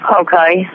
Okay